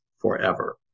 forever